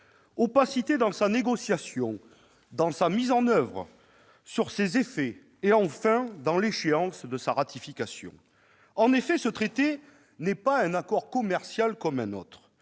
opacité dans sa négociation, dans sa mise en oeuvre, quant à ses effets et, enfin, dans l'échéance de sa ratification. Effectivement, ce traité n'est pas un accord commercial comme un autre.